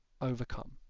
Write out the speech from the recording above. Overcome